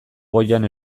goian